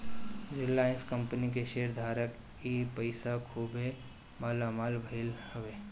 Reliance company के share धारक ए समय खुबे मालामाल भईले हवे